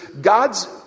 God's